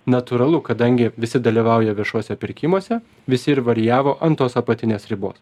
natūralu kadangi visi dalyvauja viešuose pirkimuose visi ir varijavo ant tos apatinės ribos